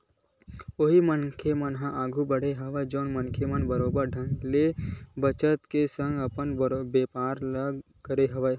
उही मनखे मन ह आघु बड़हे हवय जउन ह बरोबर बने ढंग ले बचत के संग अपन बेपार ल करे हवय